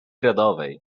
rodowej